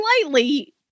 slightly